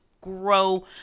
grow